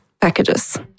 packages